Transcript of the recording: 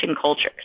cultures